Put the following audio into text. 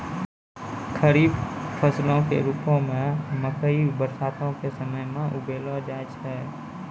खरीफ फसलो के रुपो मे मकइ बरसातो के समय मे उगैलो जाय छै